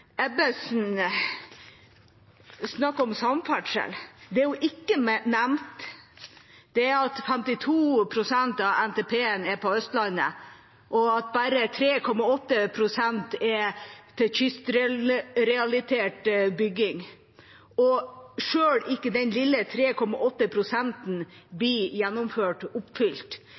Ebbesen snakket om samferdsel. Det hun ikke nevner, er at 52 pst. av NTP-en omhandler Østlandet og bare 3,8 pst. er til kystrelatert bygging. Sjøl ikke den lille 3,8 pst.-en blir gjennomført og oppfylt.